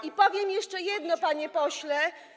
I powiem jeszcze jedno, panie pośle.